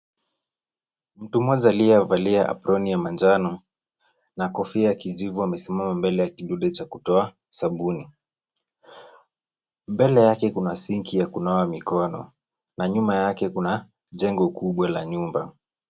Mtu mmoja aliyevalia aproni ya manjano na kofia ya kijivu amesimama mbele ya kidude cha kutoa sabuni. Mbele yake kuna sinki ya kunawa mikono na nyuma yake kuna jengo kuwa la nyumba.